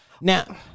Now